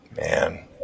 Man